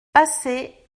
passé